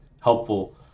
helpful